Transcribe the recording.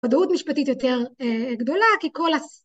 ודאות משפטית יותר גדולה כי כל